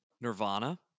nirvana